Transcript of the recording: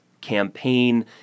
campaign